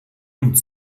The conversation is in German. und